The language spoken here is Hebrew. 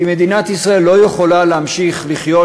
כי מדינת ישראל לא יכולה להמשיך לחיות